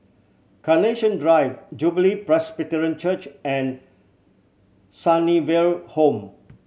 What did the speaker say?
Carnation Drive Jubilee Presbyterian Church and Sunnyville Home